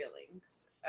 feelings